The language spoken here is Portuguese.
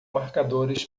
marcadores